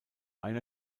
einer